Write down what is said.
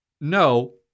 no